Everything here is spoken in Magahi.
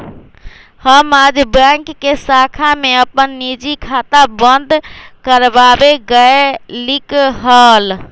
हम आज बैंक के शाखा में अपन निजी खाता बंद कर वावे गय लीक हल